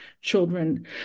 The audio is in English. children